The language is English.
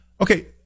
Okay